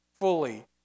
fully